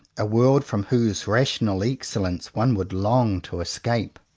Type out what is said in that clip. a world from whose rational excellence one would long to escape?